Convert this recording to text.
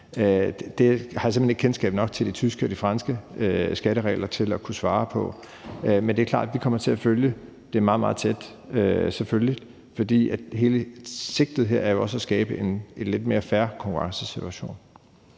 har jeg simpelt hen ikke kendskab nok til de tyske og de franske skatteregler til at kunne svare på. Men det er selvfølgelig klart, at vi kommer til at følge det meget, meget tæt, for hele sigtet her er jo også at skabe en lidt mere fair konkurrencesituation.